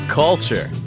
culture